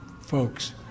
folks